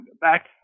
back